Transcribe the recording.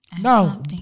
now